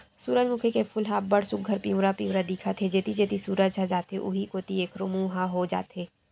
सूरजमूखी के फूल ह अब्ब्ड़ सुग्घर पिंवरा पिंवरा दिखत हे, जेती जेती सूरज ह जाथे उहीं कोती एखरो मूँह ह हो जाथे